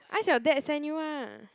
ask your dad send you ah